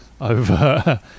over